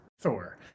Thor